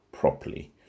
properly